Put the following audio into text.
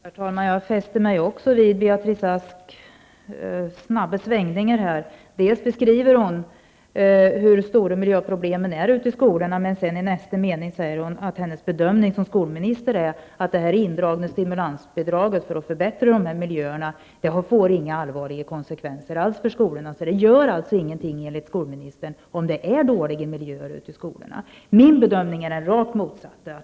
Herr talman! Också jag fäste mig vid Beatrice Asks snabba svängningar. Hon beskrev hur stora miljöproblemen är i skolorna, men i nästa mening sade hon att hennes bedömning såsom skolminister är att indragningen av stimulansbidraget till förbättring av miljön inte får några allvarliga konsekvenser för skolorna. Enligt skolministern gör det ingenting om miljön i skolorna är dålig. Min bedömning är den rakt motsatta.